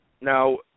Now